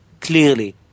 clearly